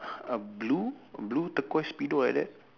a blue blue turquoise speedo like that